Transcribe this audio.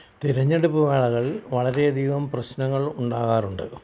തിരെഞ്ഞെടുപ്പ് വേളകളിൽ വളരെയധികം പ്രശ്നങ്ങൾ ഉണ്ടാകാറുണ്ട്